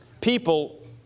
people